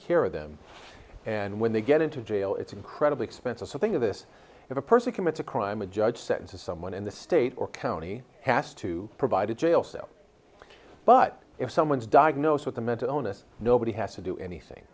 care of them and when they get into jail it's incredibly expensive so think of this if a person commits a crime a judge sentences someone in the state or county has to provide a jail cell but if someone is diagnosed with a mental illness nobody has to do anything